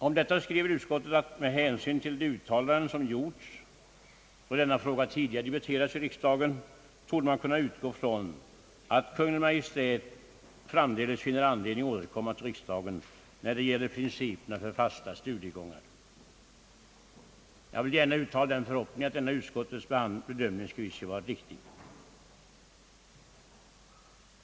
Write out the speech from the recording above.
Om detta skriver utskottet att med hänsyn till de uttalanden som gjorts, då denna fråga tidigare debatterats i riksdagen, borde man kunna utgå från att Kungl. Maj:t framdeles finner anledning återkomma till riksdagen när det gäller principerna för fast studiegång. Jag vill gärna uttala den förhoppningen att denna utskottets bedömning skall visa sig vara riktig.